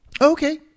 Okay